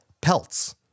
pelts